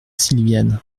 silviane